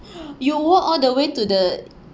you walk all the way to the